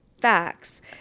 facts